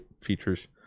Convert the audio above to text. features